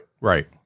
Right